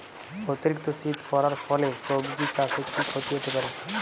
অতিরিক্ত শীত পরার ফলে সবজি চাষে কি ক্ষতি হতে পারে?